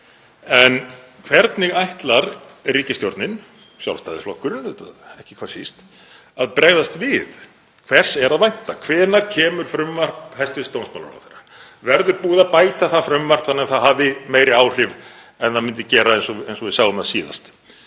En hvernig ætlar ríkisstjórnin, Sjálfstæðisflokkurinn auðvitað ekki hvað síst, að bregðast við? Hvers er að vænta? Hvenær kemur frumvarp hæstv. dómsmálaráðherra? Verður búið að bæta það frumvarp þannig að það hafi meiri áhrif en það myndi gera eins og við sáum það síðast